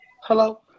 Hello